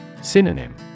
Synonym